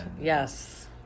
yes